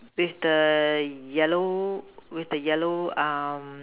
with the yellow with the yellow uh